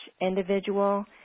individual